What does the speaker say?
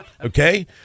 Okay